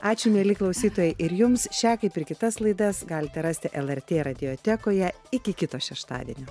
ačiū mieli klausytojai ir jums šią kaip ir kitas laidas galite rasti lrt radioteko ją iki kito šeštadienio